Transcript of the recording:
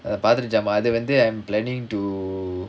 பாத்தர ஜமான் அத வந்து:paathara jaamaan atha vanthu I'm planning to